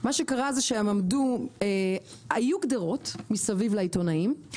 מה שקרה היו גדרות מסביב לעיתונאים,